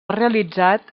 realitzat